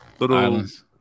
Islands